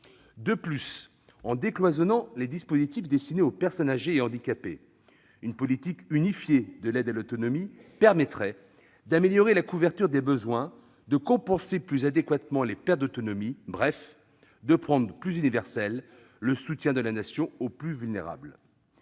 De plus, en décloisonnant les dispositifs destinés aux personnes âgées et handicapées, une politique unifiée de l'aide à l'autonomie permettrait d'améliorer la couverture des besoins, de compenser plus adéquatement les pertes d'autonomie, bref de rendre plus universel le soutien de la Nation aux plus vulnérables.